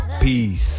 Peace